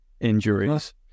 injuries